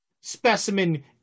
specimen